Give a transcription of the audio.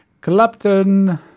Clapton